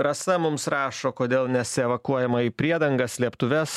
rasa mums rašo kodėl nesievakuojama į priedangas slėptuves